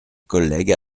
collègue